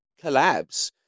collabs